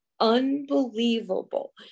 unbelievable